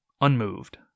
unmoved